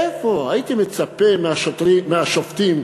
איפה, הייתי מצפה מהשופטים,